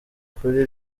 ukuri